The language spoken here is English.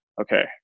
okay